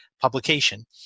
publication